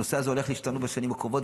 הנושא הזה הולך להשתנות בשנים הקרובות,